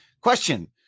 Question